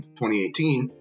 2018